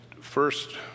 first